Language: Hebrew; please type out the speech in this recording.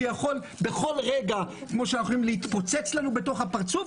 הדברים יכולים להתפוצץ לנו בפרצוף.